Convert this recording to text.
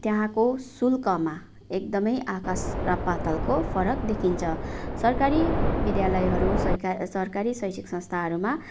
त्यहाँको शुल्कमा एकदमै आकाश र पातालको फरक देखिन्छ सरकारी विद्यालयहरू सैका ए सरकारी शैक्षिक संस्थाहरूमा